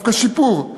דווקא שיפור.